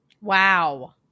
Wow